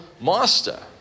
master